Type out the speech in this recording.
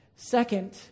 Second